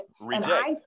Reject